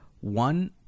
One